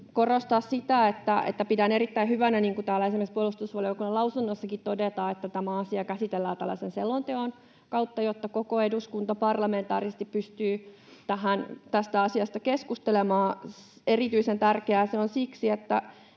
korostaa sitä, että pidän erittäin hyvänä, niin kuin täällä esimerkiksi puolustusvaliokunnan lausunnossakin todetaan, että tämä asia käsitellään tällaisen selonteon kautta, jotta koko eduskunta parlamentaarisesti pystyy tästä asiasta keskustelemaan. Erityisen tärkeää se on siksi,